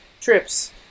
trips